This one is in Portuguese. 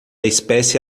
espécie